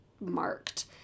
marked